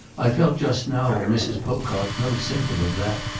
i felt just now in mrs. pocock no symptom of that.